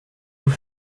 vous